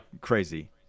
Crazy